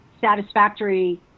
satisfactory